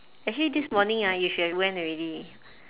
actually this morning ah you should have went already